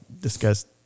discussed